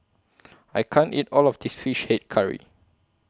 I can't eat All of This Fish Head Curry